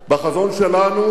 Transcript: בחזון שלנו,